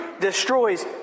destroys